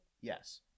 Yes